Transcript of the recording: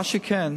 מה שכן,